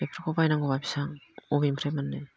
बेफोरखौ बायनांगौबा फैसा बबेनिफ्राय मोननो